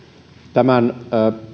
tämän